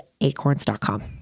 acorns.com